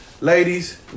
ladies